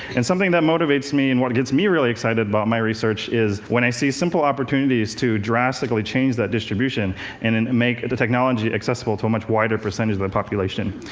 and something that motivates me, and gets me really excited about my research, is when i see simple opportunities to drastically change that distribution and and make the technology accessible to a much wider percentage of the population.